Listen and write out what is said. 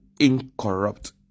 incorrupt